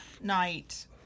night